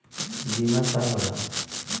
बीमा का होला?